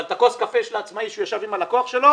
אבל את כוס הקפה של העצמאי שהוא ישב עם הלקוח שלו,